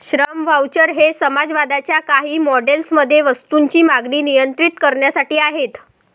श्रम व्हाउचर हे समाजवादाच्या काही मॉडेल्स मध्ये वस्तूंची मागणी नियंत्रित करण्यासाठी आहेत